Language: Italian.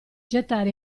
gettare